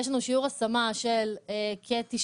יש לנו שיעור השמה של כ-97%,